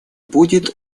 будет